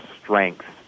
strengths